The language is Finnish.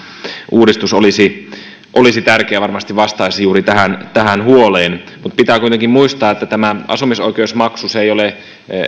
uudistus olisi olisi tärkeä ja varmasti vastaisi juuri tähän tähän huoleen mutta pitää kuitenkin muistaa että tämä asumisoikeusmaksu ei ole